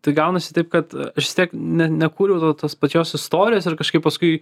tai gaunasi taip kad aš vis tiek ne nekūriau to tos pačios istorijos ir kažkaip paskui